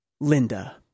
Linda